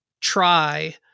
try